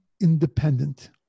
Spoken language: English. independent